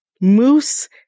Moose